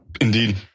Indeed